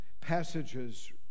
passages